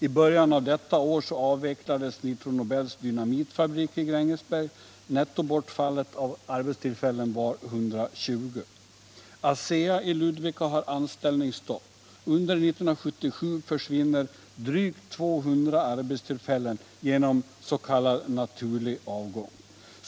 I bör jan av detta år avvecklades Nitro-Nobels dynamitfabrik i Grängesberg; nettobortfallet av arbetstillfällen var 120. ASEA i Ludvika har anställningsstopp. Under 1977 försvinner drygt 200 arbetstillfällen genom s.k. naturlig avgång.